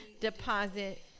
deposit